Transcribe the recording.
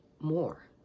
more